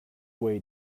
way